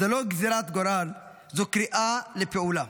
זו לא גזרת גורל, זו קריאה לפעולה.